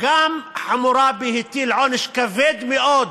גם חמורבי הטיל עונש כבד מאוד